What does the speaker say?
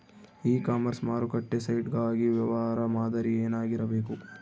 E commerce ಮಾರುಕಟ್ಟೆ site ಗಾಗಿ ವ್ಯವಹಾರ ಮಾದರಿ ಏನಾಗಿರಬೇಕು?